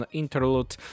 interlude